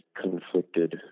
conflicted